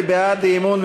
מי בעד האי-אמון?